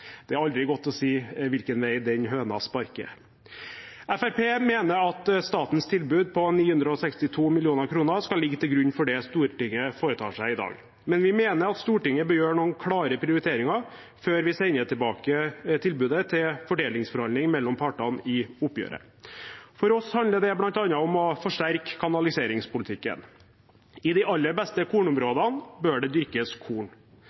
Det er aldri godt å si hvilken vei den høna sparker. Fremskrittspartiet mener at statens tilbud på 962 mill. kr skal ligge til grunn for det Stortinget foretar seg i dag. Men vi mener at Stortinget bør gjøre noen klare prioriteringer før vi sender tilbake tilbudet til fordelingsforhandling mellom partene i oppgjøret. For oss handler det bl.a. om å forsterke kanaliseringspolitikken. I de aller beste kornområdene bør det dyrkes korn.